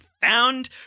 Found